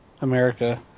America